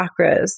chakras